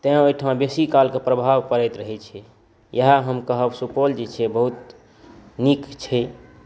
तऽ ओहिठाम बेसी कालके प्रभाब परैत रहै छै इएह हम कहब सुपौल जे छै बहुत नीक छै